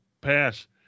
pass